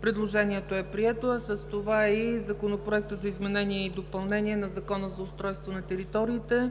Предложението е прието, а с това Законопроектът за изменение и допълнение на Закона за устройство на територията